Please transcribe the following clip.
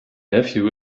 nephew